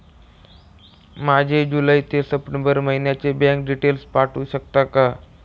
माझे जुलै ते सप्टेंबर महिन्याचे बँक डिटेल्स पाठवू शकता का?